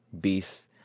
beasts